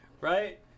Right